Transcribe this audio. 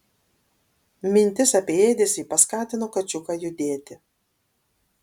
mintis apie ėdesį paskatino kačiuką judėti